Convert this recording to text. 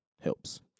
helps